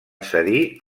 cedir